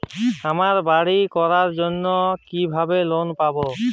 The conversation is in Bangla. আমি বাড়ি করার জন্য কিভাবে লোন পাব?